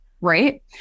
Right